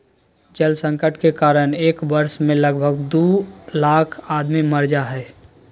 जल संकट के कारण एक वर्ष मे लगभग दू लाख आदमी मर जा हय